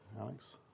Alex